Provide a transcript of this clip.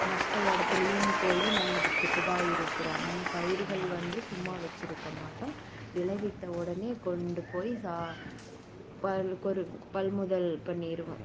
மற்ற இடத்துலியும் போய் நாங்கள் வித்துகி ட்டு தான் இருக்கிறோம் பயிருகள் வந்து சும்மா வச்சிருக்க மாட்டோம் விலைவிற்ற உடனே கொண்டு போய் சா பல்லுக்கொரு பல்முதல் பண்ணிடுவோம்